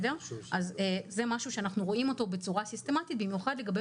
זה משהו שאנחנו רואים אותו בצורה סיסטמתית במיוחד לגבי